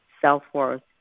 self-worth